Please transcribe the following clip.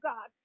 God